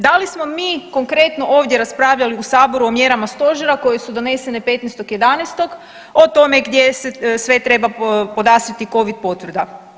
Da li smo mi konkretno ovdje raspravljali u Saboru o mjerama Stožera koje su donesene 15. 11. o tome gdje se sve treba podastrijeti Covid potvrda?